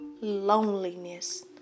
loneliness